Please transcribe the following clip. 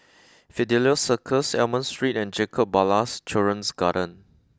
Fidelio Circus Almond Street and Jacob Ballas Children's Garden